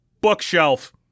Bookshelf